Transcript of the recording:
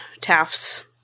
Taft's